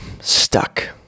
stuck